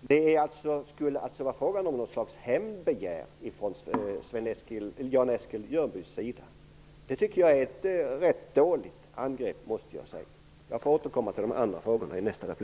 Det skulle alltså vara fråga om något slags hämndbegär från Jan Eskil Jörbys sida. Det tycker jag är ett rätt dåligt angrepp, måste jag säga. Jag får återkomma till de andra frågorna i nästa replik.